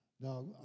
Now